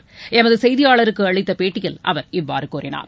ளமது செய்தியாளருக்கு அளித்த பேட்டியில் அவர் இவ்வாறு கூறினார்